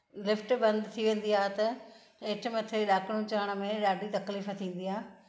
lift बंदि थी वेंदी आहे त हेठि मथे ॾाकणूं चढ़ण में ॾाढी तकलीफ़ थींदी आहे